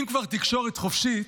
אם כבר תקשורת חופשית,